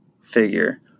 figure